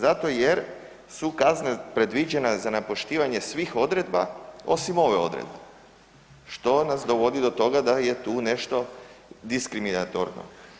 Zato jer su kazne predviđene za nepoštivanje svih odredba osim ove odredbe, što nas dovodi do toga da je tu nešto diskriminatorno.